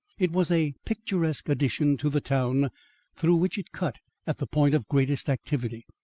it was a picturesque addition to the town through which it cut at the point of greatest activity.